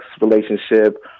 relationship